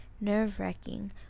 nerve-wracking